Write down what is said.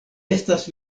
estas